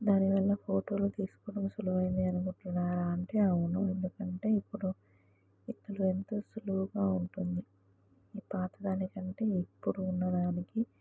దానివల్ల ఫోటోలు తీసుకోవడం సులువు అయింది అనుకుంటున్నారా అంటే అవును ఎందుకంటే ఇప్పుడు ఇప్పుడు ఎంతో సులువుగా ఉంటుంది ఈ పాత దానికంటే ఇప్పుడు ఉన్నదానికి